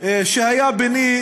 שהיה ביני,